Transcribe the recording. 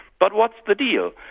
but what's the deal?